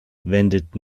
wendet